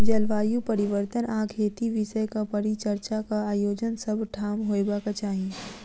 जलवायु परिवर्तन आ खेती विषयक परिचर्चाक आयोजन सभ ठाम होयबाक चाही